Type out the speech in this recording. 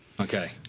Okay